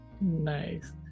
Nice